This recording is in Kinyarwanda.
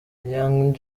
young